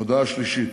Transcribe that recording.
הודעה שלישית: